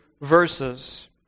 verses